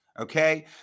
Okay